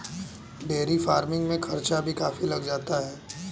dairy farming में खर्चा भी काफी लग जाता है